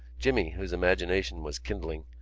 jimmy, whose imagination was kindling,